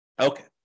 Okay